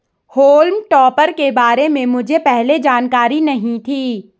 हॉल्म topper के बारे में मुझे पहले जानकारी नहीं थी